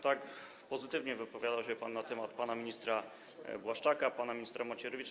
Tak pozytywnie wypowiadał się pan na temat pana ministra Błaszczaka, pana ministra Macierewicza.